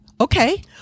Okay